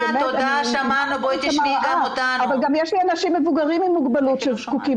הרי יש גם אנשים מבוגרים עם מוגבלות שזקוקים